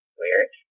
weird